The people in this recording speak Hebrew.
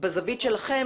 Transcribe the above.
בזווית שלכם,